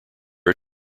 are